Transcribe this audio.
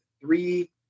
three